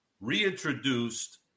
reintroduced